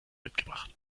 mitgebracht